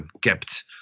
kept